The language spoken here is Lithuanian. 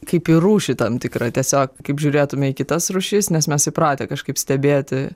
kaip į rūšį tam tikrą tiesiog kaip žiūrėtume į kitas rūšis nes mes įpratę kažkaip stebėti